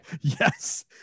Yes